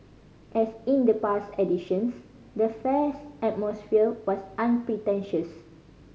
as in the past editions the fair's atmosphere was unpretentious